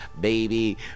Baby